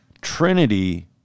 Trinity